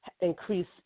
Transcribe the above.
Increase